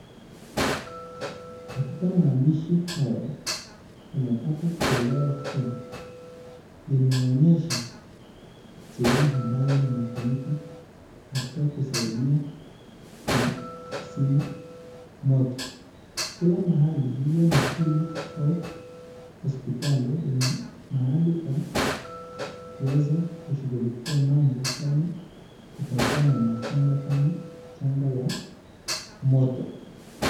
Katika maandishi haya tunapata kuelewa kuwa, inaonyesha sehemu ambayo linatumika katika kusaidia na kuzima moto. Kila mahali iwe ni shule au hospitali lina mahali pa kuweza kushughulikia mambo kama kutakua na majanga kama janga la moto.